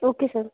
okay sir